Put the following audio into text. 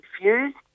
confused